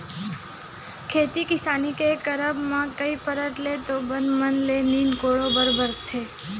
खेती किसानी के करब म कई परत ले तो बन मन ल नींदे कोड़े बर परथे